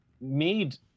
made